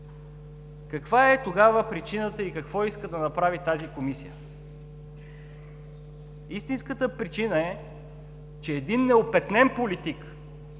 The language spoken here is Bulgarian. Каква е тогава причината и какво иска да направи тази Комисия? Истинската причина е, че един неопетнен политик,